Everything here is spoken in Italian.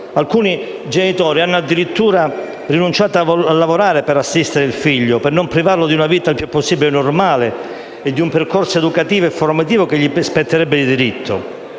Alcuni genitori hanno addirittura rinunciato a lavorare per assistere il figlio e non privarlo di una vita il più possibile normale e di un percorso educativo e formativo che gli spetterebbe di diritto.